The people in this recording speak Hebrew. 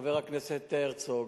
חבר הכנסת הרצוג,